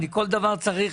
כל דבר אני צריך